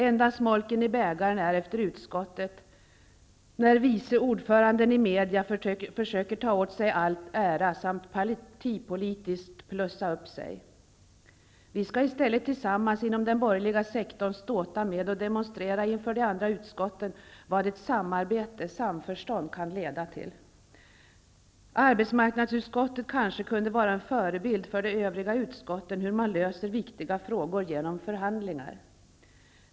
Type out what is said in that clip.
Enda smolken i bägaren är när vice ordförande efter utskottsbehandlingen i media försöker ta åt sig all ära samt partipolitiskt ''plussa upp'' sig. Vi skall i stället tillsammans inom den borgerliga sektorn ståta med och demonstrera inför de andra utskotten vad ett samarbete och samförstånd kan leda till. Arbetsmarknadsutskottet kunde kanske vara en förebild för övriga utskott om hur man löser viktiga frågor genom förhandlingar.